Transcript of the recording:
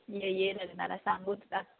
ये ये लग्नाला सांगू तुला